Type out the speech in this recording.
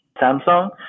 Samsung